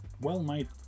well-made